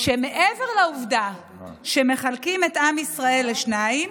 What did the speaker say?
שמעבר לעובדה שמחלקים את עם ישראל לשניים,